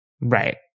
Right